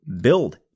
build